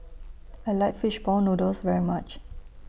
I like Fish Ball Noodles very much